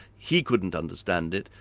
he couldn't understand it.